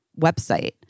website